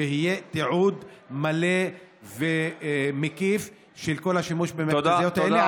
שיהיה תיעוד מלא ומקיף של כל השימוש במכת"זיות האלה,